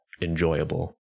enjoyable